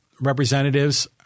representatives